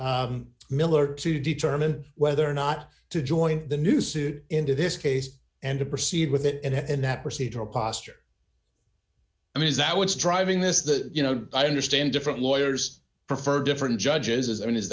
judge miller to determine whether or not to join the new suit into this case and to proceed with it and that procedural posture i mean is that what's driving this that you know i understand different lawyers prefer different judges i mean is